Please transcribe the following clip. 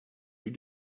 you